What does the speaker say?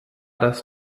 das